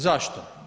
Zašto?